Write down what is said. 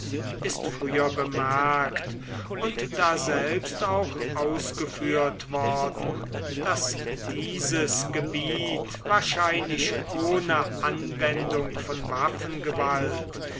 ist früher bemerkt und daselbst auch ausgeführt worden daß dieses gebiet wahrscheinlich ohne anwendung von